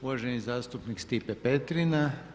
Uvaženi zastupnik Stipe Petrina.